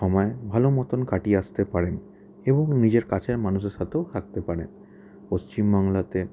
সময় ভালো মতন কাটিয়ে আসতে পারেন এবং নিজের কাছের মানুষের সাথেও থাকতে পারে পশ্চিম বাংলাতে